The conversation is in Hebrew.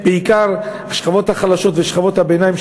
בעיקר נפגעות השכבות החלשות ושכבות הביניים.